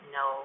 no